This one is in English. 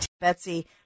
Betsy